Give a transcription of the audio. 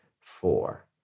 four